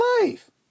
life